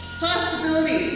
possibility